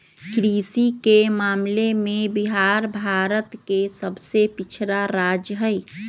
कृषि के मामले में बिहार भारत के सबसे पिछड़ा राज्य हई